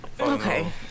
okay